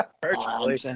personally